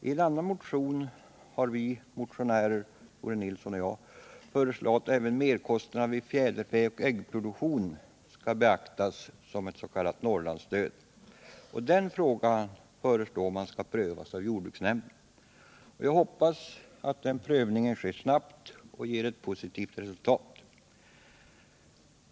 I en annan motion har Tore Nilsson och jag föreslagit att även merkostnaderna vid fjäderfäoch äggproduktion skall beaktas genom ett ”Norrlandsstöd”. Denna fråga föreslås nu bli prövad av jordbruksnämnden. Jag hoppas att den prövningen sker snabbt och ger ett positivt resultat.